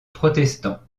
protestants